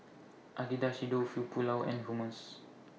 Agedashi Dofu Pulao and Hummus